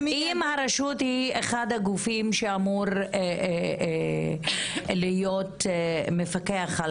אם הרשות היא אחד הגופים שאמור להיות מפקח של